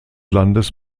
landes